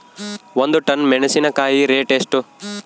ಒಂದು ಟನ್ ಮೆನೆಸಿನಕಾಯಿ ರೇಟ್ ಎಷ್ಟು?